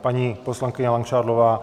Paní poslankyně Langšádlová.